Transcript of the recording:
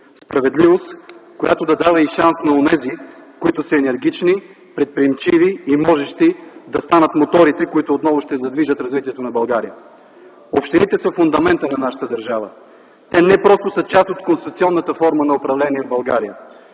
Справедливост, която да дава и шанс на онези, които са енергични, предприемчиви и можещи, да станат моторите, които отново ще задвижат развитието на България. Общините са фундаментът на нашата държава. Те не просто са част от конституционната форма на управление в България.